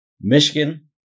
Michigan